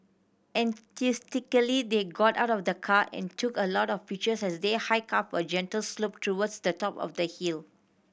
enthusiastically they got out of the car and took a lot of pictures as they hiked up a gentle slope towards the top of the hill